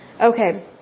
Okay